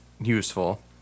useful